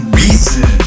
reason